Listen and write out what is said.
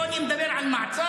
פה אני מדבר על מעצר,